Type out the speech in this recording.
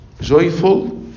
joyful